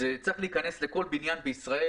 זה צריך להיכנס לכל בניין בישראל.